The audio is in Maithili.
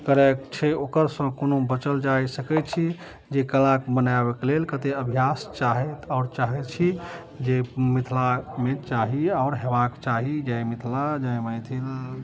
करैक छै ओकर सऽ कोना बचल जा सकैत छी जे कला मनाबैके लेल कते अभ्यास चाहैत आओर चाहै छी जे मिथिलामे चाही आओर हेबाक चाही जय मिथिला जय मैथिल